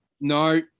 No